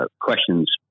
questions